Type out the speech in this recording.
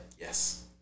Yes